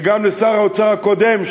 וגם לשר האוצר הקודם,